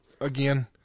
again